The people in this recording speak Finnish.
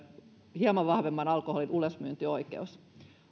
hieman vahvemman alkoholin ulosmyyntioikeus